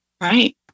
Right